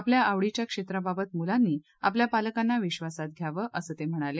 आपल्या आवडीच्या क्षेत्राबाबत मुलांनी आपल्या पालकांना विधासात घ्यावं असं म्हणाले